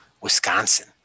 Wisconsin